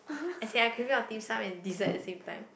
as in I craving for Dim-Sum and dessert at the same time